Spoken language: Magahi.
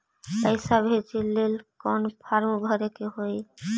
पैसा भेजे लेल कौन फार्म भरे के होई?